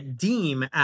deem